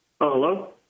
hello